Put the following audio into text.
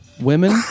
women